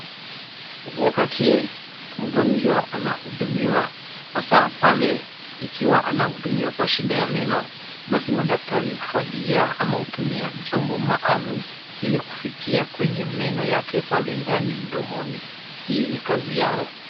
Wakati mgonjwa anahudumiwa, hasa pale ikiwa anahudumiwa kwa shida ya meno, basi madaktari huvalia ama hutumia chombo maalum ili kufikia kwenye meno yake pale ndani mdomoni, hii ni kazi yao.